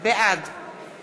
בעד